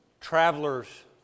travelers